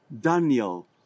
Daniel